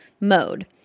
mode